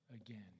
again